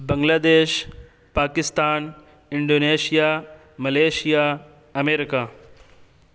بنگلہ دیش Pakistan Indonesia Malaysia America